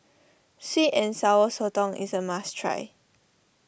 Sweet and Sour Sotong is a must try